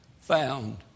found